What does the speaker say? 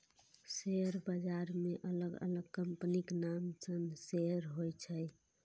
share बाजार मे अलग अलग कंपनीक नाम सं शेयर होइ छै